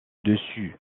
dessus